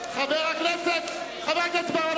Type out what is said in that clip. חבר הכנסת בר-און,